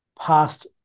past